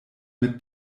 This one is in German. mit